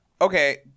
Okay